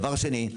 דבר שני,